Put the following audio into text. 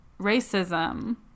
racism